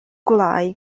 gwelyau